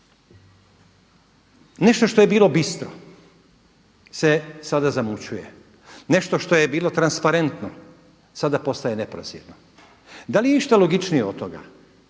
Nešto što je bilo bistro se sada zamućuje, nešto št je bilo transparentno sada postaje neprozirno. Da li je išta logičnije od toga